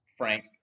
Frank